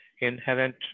inherent